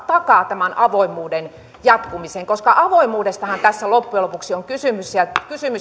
takaa tämän avoimuuden jatkumisen koska avoimuudestahan tässä loppujen lopuksi on kysymys ja